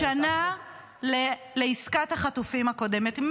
שנה לעסקת החטופים הקודמת.